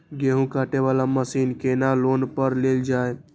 गेहूँ काटे वाला मशीन केना लोन पर लेल जाय?